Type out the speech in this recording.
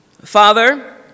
Father